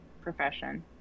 profession